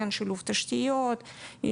שילוב תשתיות,